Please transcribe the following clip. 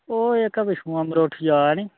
ओह् इक पिच्छुआं उट्ठी आए न